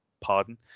Pardon